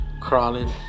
crawling